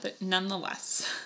nonetheless